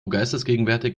geistesgegenwärtig